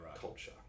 Culture